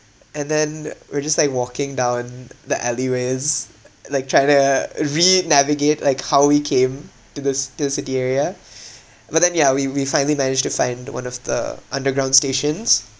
and then we're just like walking down the alleyways like try to re-navigate like how we came to the s~ to the city area but then ya we we finally managed to find one of the underground stations